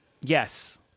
Yes